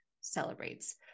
celebrates